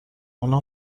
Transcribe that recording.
انها